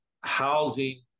housing